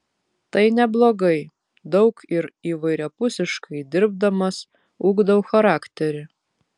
tai neblogai daug ir įvairiapusiškai dirbdamas ugdau charakterį